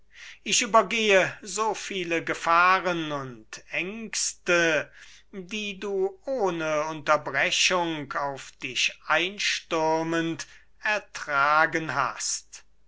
ich übergehe so viele gefahren und aengsten die du ohne unterbrechung auf dich einstürmend ertragen hast